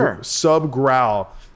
sub-growl